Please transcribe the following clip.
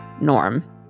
Norm